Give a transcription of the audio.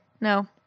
No